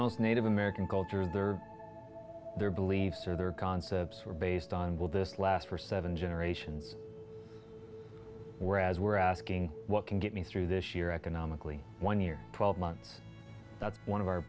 most native american culture their their beliefs or their concepts were based on will this last for seven generations whereas we're asking what can get me through this year economically one year twelve months that's one of our